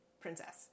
princess